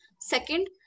Second